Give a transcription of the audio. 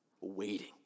waiting